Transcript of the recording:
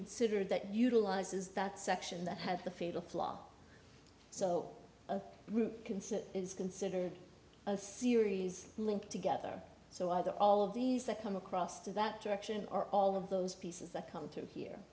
considered that utilizes that section that has the fatal flaw so a group consent is considered a series link together so either all of these that come across to that direction or all of those pieces that come through here